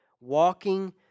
walking